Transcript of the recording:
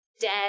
dead